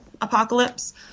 Apocalypse